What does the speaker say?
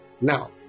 Now